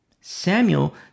Samuel